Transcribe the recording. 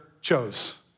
chose